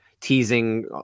teasing